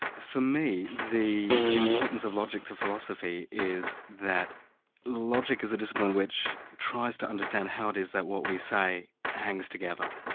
for me, the importance of logic to philosophy is that logic is a discipline which tries to understand how it is that what we say hangs together.